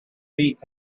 beats